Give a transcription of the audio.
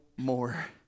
More